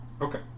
Okay